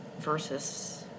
versus